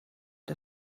der